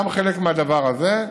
גם חלק מהדבר הזה,